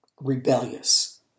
rebellious